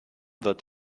wird